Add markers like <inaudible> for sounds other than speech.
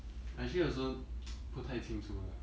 I actually also <noise> 不太清楚 lah